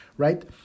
right